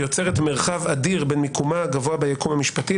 היא יוצרת מרחב אדיר בין מיקומה הגבוה ביקום המשפטי,